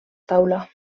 taula